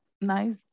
nice